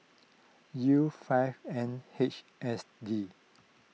U five N H S D